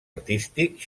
artístic